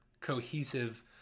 cohesive